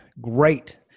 great